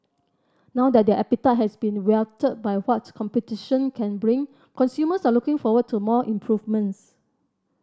now that their appetite has been whetted by what competition can bring consumers are looking forward to more improvements